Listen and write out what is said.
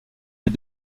les